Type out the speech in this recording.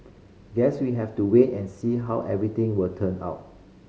guess we have to wait and see how everything will turn out